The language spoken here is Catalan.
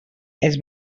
els